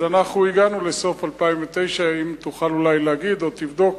אז הגענו לסוף 2009. האם תוכל להגיד או תבדוק